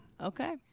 Okay